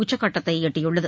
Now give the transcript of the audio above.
உச்சக்கட்டத்தை எட்டியுள்ளது